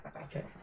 Okay